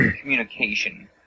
communication